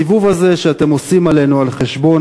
הסיבוב הזה שאתם עושים עלינו על חשבון